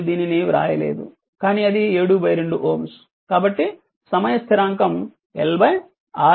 నేను దానిని వ్రాయలేదు కానీ అది 7 2 Ω కాబట్టి సమయ స్థిరాంకం L Req